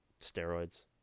steroids